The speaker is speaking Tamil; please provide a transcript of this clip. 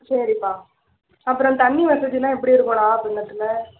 சரிப்பா அப்புறோம் தண்ணி வசதியெலாம் எப்படி இருக்கும் நாகப்பட்னத்தில்